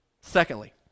Secondly